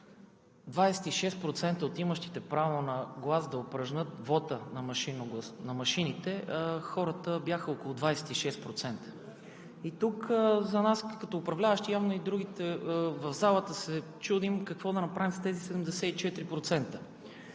26% от имащите право да упражнят вота си, е чрез машините, хората бяха около 26%. За нас като управляващи, явно и другите в залата, се чудим какво да направим с тези 74%?